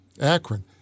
Akron